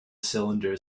cylinder